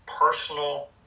personal